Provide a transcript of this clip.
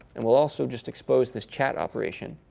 and we'll also just expose this chat operation.